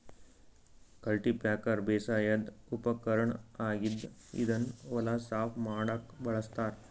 cultipacker ಬೇಸಾಯದ್ ಉಪಕರ್ಣ್ ಆಗಿದ್ದ್ ಇದನ್ನ್ ಹೊಲ ಸಾಫ್ ಮಾಡಕ್ಕ್ ಬಳಸ್ತಾರ್